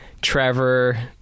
Trevor